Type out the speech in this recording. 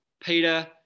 Peter